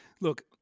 look